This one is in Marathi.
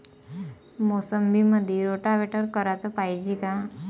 मोसंबीमंदी रोटावेटर कराच पायजे का?